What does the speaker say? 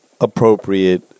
appropriate